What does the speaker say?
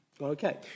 okay